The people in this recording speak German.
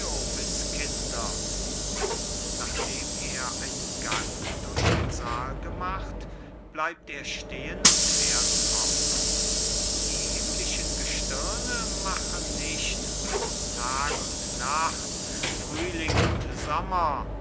nachdem er einen gang durch den saal gemacht bleibt er stehen und fährt fort die himmlischen gestirne machen nicht bloß tag und nacht frühling und sommer